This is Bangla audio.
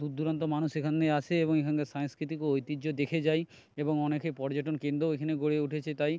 দূরদূরান্ত মানুষ এখানে আসে এবং এখানকার সাংস্কৃতিক ও ঐতিহ্য দেখে যায় এবং অনেক পর্যটনকেন্দ্রও এখানে গড়ে উঠেছে তাই